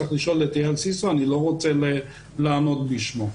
צריך לשאול את אייל סיסו, אני לא רוצה לענות בשמו.